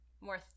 More